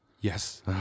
yes